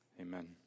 Amen